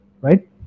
right